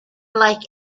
like